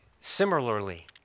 similarly